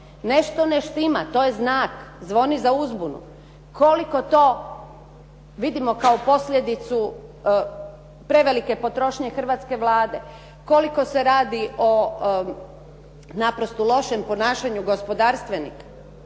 Nešto ne štima, to je znak, zvoni za uzbunu, koliko to vidimo kao posljedicu prevelike potrošnje hrvatske Vlade, koliko se raditi naprosto o lošem ponašanju gospodarstvenika,